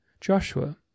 Joshua